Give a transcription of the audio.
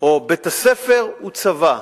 או בית-הספר הוא צבא,